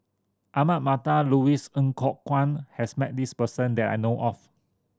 Ahmad Mattar and Louis Ng Kok Kwang has met this person that I know of